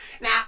Now